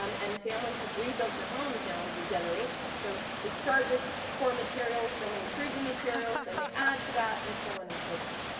um and families have rebuilt their homes now over generations. so they start with poor materials, then they improve the materials, then they add to that, and so on, and so forth.